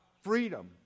freedom